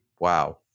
Wow